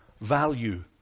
value